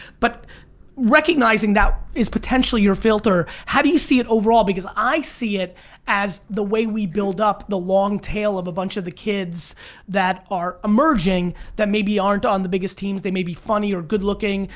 but recognizing that is potentially your filter, how do you see it overall, because i see it as the way we build up the long tail of a bunch of the kids that are emerging that maybe aren't on the biggest teams, they may be funny or good looking.